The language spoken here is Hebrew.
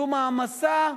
זו מעמסה.